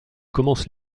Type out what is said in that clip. commence